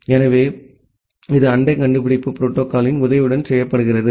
எனவே இது அண்டை கண்டுபிடிப்பு புரோட்டோகால்யின் உதவியுடன் செய்யப்படுகிறது